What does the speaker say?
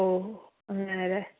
ഓ അങ്ങനെ അല്ലെ